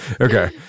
okay